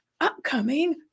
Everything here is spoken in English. upcoming